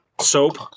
Soap